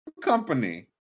company